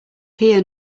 here